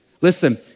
Listen